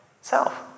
Self